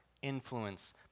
influence